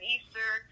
Easter